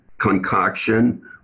concoction